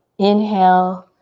inhale,